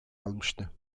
almıştı